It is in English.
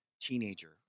teenager